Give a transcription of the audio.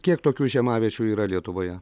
kiek tokių žiemaviečių yra lietuvoje